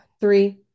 Three